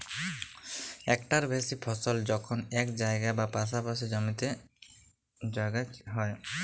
ইকটার বেশি ফসল যখল ইক জায়গায় বা পাসাপাসি জমিতে যগাল হ্যয়